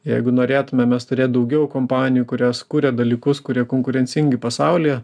jeigu norėtume mes turėti daugiau kompanijų kurios kuria dalykus kurie konkurencingi pasaulyje